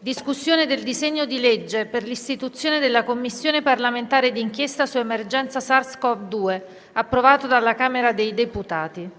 discussione del disegno di legge per l'istituzione della Commissione parlamentare di inchiesta sull'emergenza SARS-CoV-2, approvato dalla Camera dei deputati.